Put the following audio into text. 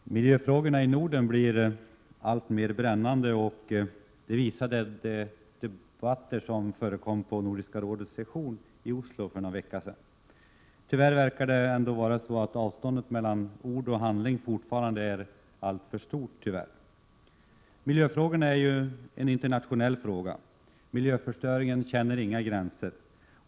Herr talman! Miljöfrågorna i Norden blir alltmer brännande. Det visade de debatter som förekom vid Nordiska rådets session i Oslo för några veckor sedan. Tyvärr verkar det som om avståndet mellan ord och handling fortfarande är alltför stort. Miljöfrågorna är internationella. Miljöförstöringen känner inga gränser.